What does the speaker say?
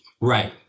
Right